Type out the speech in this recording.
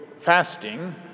fasting